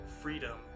freedom